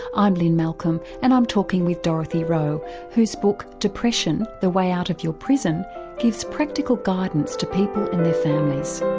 i'm lynne malcolm and i'm talking with dorothy rowe whose book depression the way out of your prison gives practical guidance to people and their families.